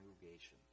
congregation